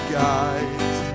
guys